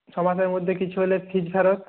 ছমাসের মধ্যে কিছু হলে ফ্রিজ ফেরত